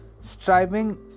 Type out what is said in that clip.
striving